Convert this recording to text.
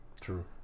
True